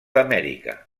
amèrica